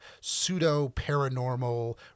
pseudo-paranormal